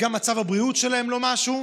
שגם מצב הבריאות שלהם לא משהו,